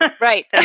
right